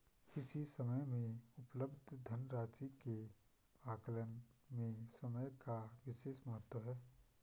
किसी समय में उपलब्ध धन राशि के आकलन में समय का विशेष महत्व है